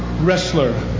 wrestler